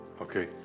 okay